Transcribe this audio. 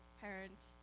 parents